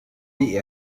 die